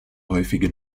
häufige